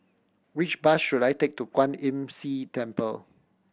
which bus should I take to Kwan Imm See Temple